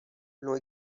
l’ont